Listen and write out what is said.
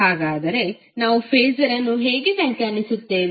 ಹಾಗಾದರೆ ನಾವು ಫಾಸರ್ ಅನ್ನು ಹೇಗೆ ವ್ಯಾಖ್ಯಾನಿಸುತ್ತೇವೆ